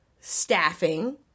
staffing